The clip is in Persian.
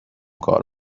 کار